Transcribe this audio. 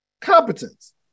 competence